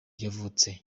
yavutse